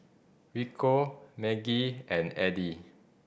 Rico Maggie and Addie